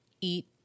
eat